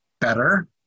better